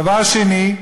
דבר שני: